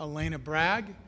a land of brag in